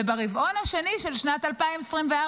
וברבעון השני של שנת 2024,